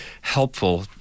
helpful